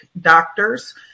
doctors